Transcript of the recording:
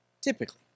typically